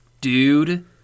Dude